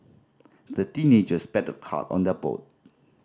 the teenagers paddled hard on their boat